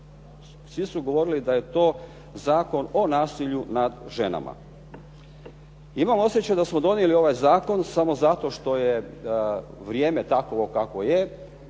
Svi su govorili da je to Zakon o nasilju nad ženama. Imam osjećaj da smo donijeli ovaj zakon samo zato što je vrijeme takovo kakvo je,